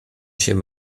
się